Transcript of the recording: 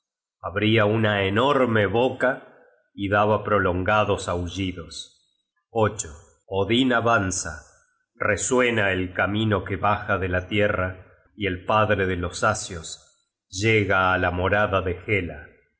abria una enorme boca y daba prolongados aullidos odin avanza resuena el camino que baja de la tierra y el padre de los asios llega á la morada de hela